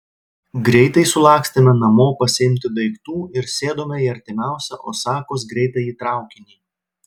greitai sulakstėme namo pasiimti daiktų ir sėdome į artimiausią osakos greitąjį traukinį